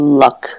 luck